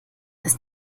ist